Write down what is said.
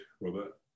Robert